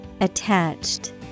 ATTACHED